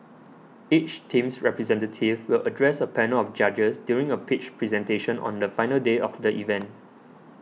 each team's representative will address a panel of judges during a pitch presentation on the final day of the event